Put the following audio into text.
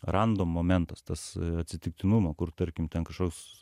random momentas tas atsitiktinumo kur tarkim ten kažkoks